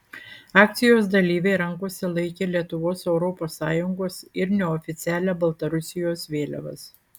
akcijos dalyviai rankose laikė lietuvos europos sąjungos ir neoficialią baltarusijos vėliavas